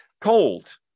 Cold